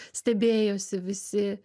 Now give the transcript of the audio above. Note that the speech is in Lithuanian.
stebėjosi visi